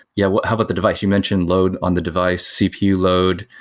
yeah, well how about the device? you mentioned load on the device, cpu load,